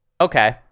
Okay